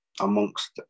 amongst